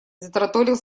затараторил